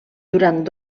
durant